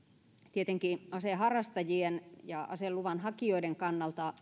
tietenkin aseharrastajien ja aseluvan hakijoiden kannalta